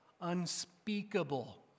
unspeakable